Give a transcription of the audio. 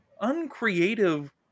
uncreative